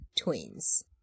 twins